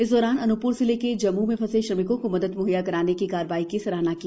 इस दौरान अनूपप्र ज़िले के जम्मू में फँसे श्रमिकों को मदद म्हैया कराने की कार्यवाही की सराहना की